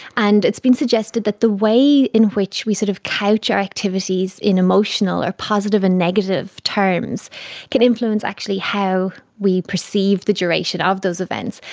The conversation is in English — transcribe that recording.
and it's been suggested that the way in which we sort of couch our activities in emotional or positive and negative terms can influence actually how we perceive the duration of those events.